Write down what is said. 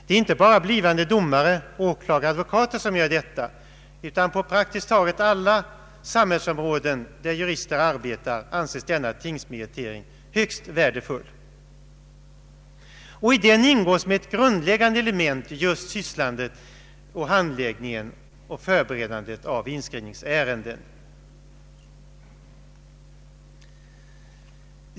Det är inte bara blivande domare, åklagare och advokater som gör detta, utan på praktiskt taget alla samhällsområden där jurister arbetar anses denna tingsmeritering högst värdefull. I den ingår som ett grundläggande element just handläggning och förberedande av inskrivningsärenden.